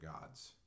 gods